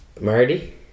Marty